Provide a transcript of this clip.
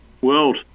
world